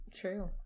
True